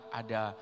ada